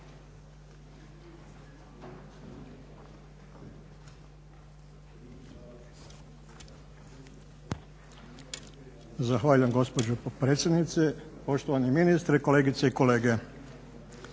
Zahvaljujem gospođo potpredsjednice, poštovani ministre, kolegice i kolege.